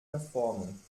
verformung